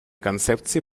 концепции